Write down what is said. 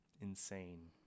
insane